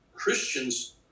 Christians